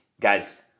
Guys